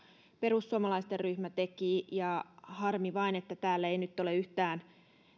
perussuomalaisten ryhmä teki harmi vain että täällä ei nyt ole yhtään